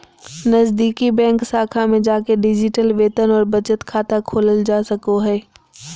नजीदीकि बैंक शाखा में जाके डिजिटल वेतन आर बचत खाता खोलल जा सको हय